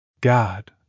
God